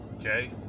Okay